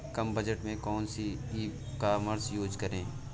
कम budget में कौन सी ई कॉमर्स यूज़ करें?